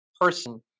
person